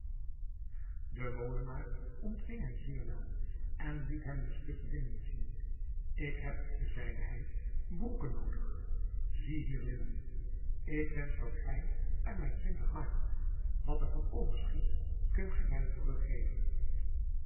de molenaar ontving hem zeer wel en liet hem een stuk linnen zien ik heb zeide hij broeken noodig zie hier linnen ik wensch dat gij er mij twintig maakt wat er van overschiet kunt gij mij teruggeven